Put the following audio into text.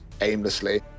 aimlessly